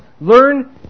learn